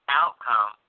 outcome